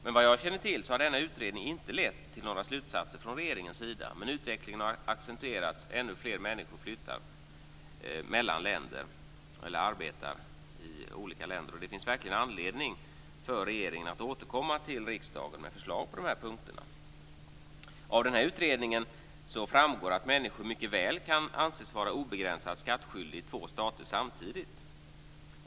Men vad jag känner till har denna utredning inte lett till några slutsatser från regeringens sida, men utvecklingen har accentuerats. Ännu fler människor flyttar mellan länder eller arbetar i olika länder. Det finns verkligen anledning för regeringen att återkomma till riksdagen med förslag på de här punkterna. Av utredningen framgår att människor mycket väl kan anses vara obegränsat skattskyldiga i två stater samtidigt.